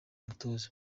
umutoza